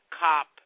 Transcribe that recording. cop